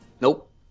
Nope